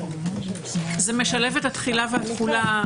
זה משלב את התחילה והתחולה.